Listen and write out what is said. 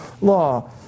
law